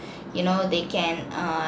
you know they can err